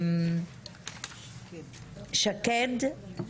שקד בנפשי,